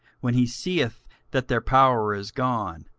when he seeth that their power is gone,